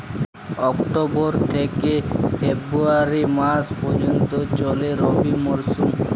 October থেকে February মাস পর্যন্ত চলে রবি মরসুম